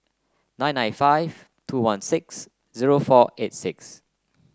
nine nine five two one six zero four eight six